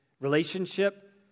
relationship